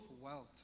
wealth